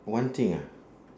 one thing ah